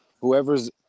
whoever's